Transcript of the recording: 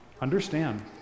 Understand